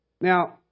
Now